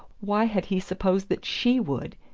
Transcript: why had he supposed that she would?